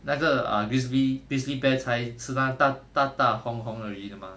那个 err grizzly grizzly bear 才吃那大大大红红的鱼的 mah